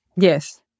Yes